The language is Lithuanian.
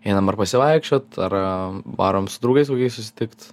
einam ar pasivaikščiot ar varom su draugais kokiais susitikt